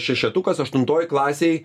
šešetukas aštuntoj klasėj